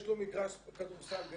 יש לו מגרש כדורסל.